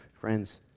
friends